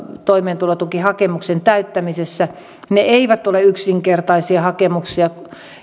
toimeentulotukihakemuksen täyttämisessä ne eivät ole yksinkertaisia hakemuksia